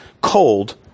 cold